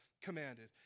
commanded